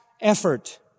effort